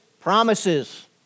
promises